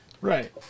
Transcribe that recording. Right